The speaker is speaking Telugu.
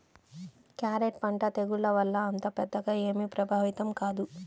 క్యారెట్ పంట తెగుళ్ల వల్ల అంత పెద్దగా ఏమీ ప్రభావితం కాదు